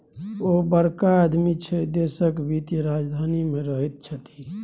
ओ बड़का आदमी छै देशक वित्तीय राजधानी मे रहैत छथि